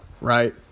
right